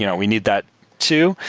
you know we need that too,